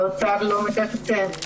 האוצר לא מתקצב,